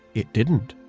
it didn't